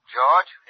George